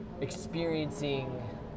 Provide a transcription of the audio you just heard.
experiencing